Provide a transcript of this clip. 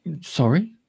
sorry